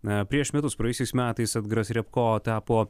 a prieš metus praėjusiais metais edgaras riabko tapo